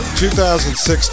2016